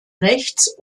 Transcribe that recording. rechts